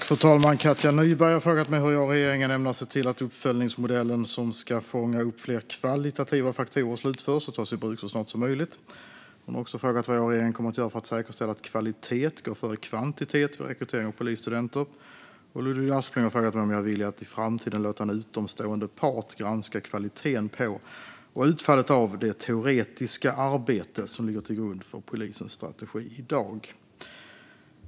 Fru talman! Katja Nyberg har frågat mig hur jag och regeringen ämnar se till att uppföljningsmodellen som ska fånga upp fler kvalitativa faktorer slutförs och tas i bruk så snart som möjligt. Hon har också frågat vad jag och regeringen kommer att göra för att säkerställa att kvalitet går före kvantitet vid rekrytering av polisstudenter. Ludvig Aspling har frågat mig om jag är villig att i framtiden låta en utomstående part granska kvaliteten på och utfallet av det teoretiska arbete som ligger till grund för polisens strategi i dag.